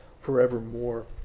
forevermore